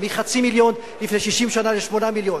מיליון, מחצי מיליון לפני 60 שנה ל-8 מיליון,